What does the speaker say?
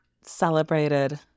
celebrated